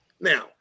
Now